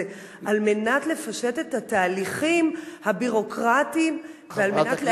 על מנת לפשט את התהליכים הביורוקרטיים ועל מנת להקל,